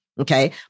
okay